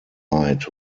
eyed